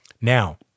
Now